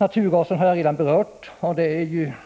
naturgasen har jag berört.